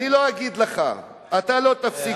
אני לא אגיד לך, אתה לא תפסיק אותי.